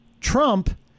Trump